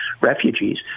refugees